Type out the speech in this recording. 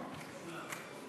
גברתי היושבת בראש,